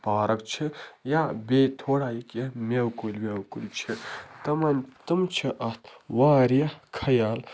park چھِ یا بیٚیہِ تھوڑا یہِ کیٚنٛہہ مٮ۪وٕ کُلۍ وٮ۪وٕ کُلۍ چھِ تِمَن تِم چھِ اَتھ واریاہ خیال